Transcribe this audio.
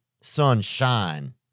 Sunshine